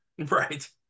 Right